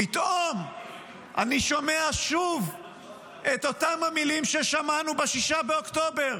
פתאום אני שומע שוב את אותן המילים ששמענו ב-6 באוקטובר,